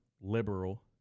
liberal